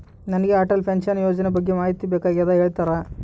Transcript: Sir ನನಗೆ Atal pension ಯೋಜನೆ ಬಗ್ಗೆ ಮಾಹಿತಿ ಬೇಕಾಗ್ಯದ ಹೇಳ್ತೇರಾ?